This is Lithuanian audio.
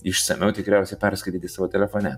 išsamiau tikriausiai perskaityti savo telefone